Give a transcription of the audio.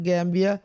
Gambia